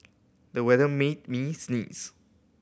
the weather made me sneeze